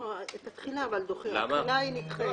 לא, אבל התחילה היא נדחית.